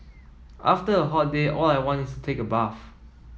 after a hot day all I want is take a bath